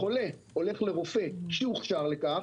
חולה הולך לרופא שהוכשר לכך,